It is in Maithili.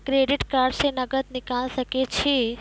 क्रेडिट कार्ड से नगद निकाल सके छी?